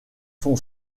sont